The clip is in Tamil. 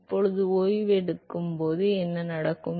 இப்போது ஓய்வெடுக்கும்போது என்ன நடக்கும்